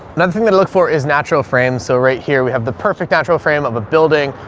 another thing that i look for is natural frames. so right here we have the perfect natural frame of a building,